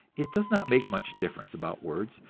it does not make much difference about words,